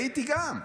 הייתי גם.